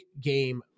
game